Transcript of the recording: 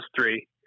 three